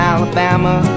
Alabama